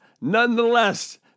nonetheless